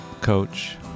coach